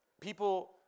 People